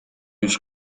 już